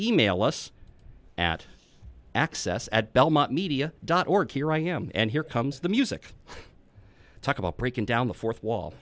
email us at access at belmont media dot org here i am and here comes the music talk about breaking down the fourth wall